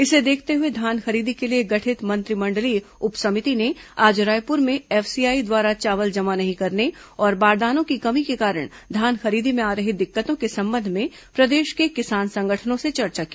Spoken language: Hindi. इसे देखते हुए धान खरीदी के लिए गठित मंत्रिमंडलीय उप समिति ने आज रायपुर में एफसीआई द्वारा चावल जमा नहीं करने और बारदानों की कमी के कारण धान खरीदी में आ रही दिक्कतों के संबंध में प्रदेश के किसान संगठनों से चर्चा की